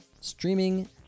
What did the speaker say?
Streaming